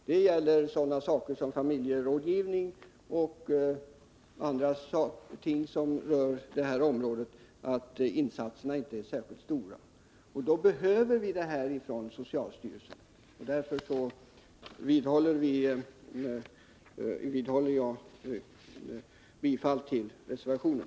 Beträffande både familjerådgivning och andra ting som rör det här området är insatserna inte särskilt stora, och då behöver vi det här initiativet från socialstyrelsen. Därför vidhåller jag mitt yrkande om bifall till reservationen.